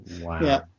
Wow